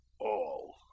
All